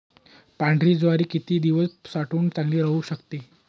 पांढरी ज्वारी किती दिवस साठवून चांगली राहू शकते?